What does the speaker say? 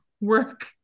work